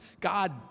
God